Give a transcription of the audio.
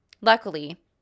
Luckily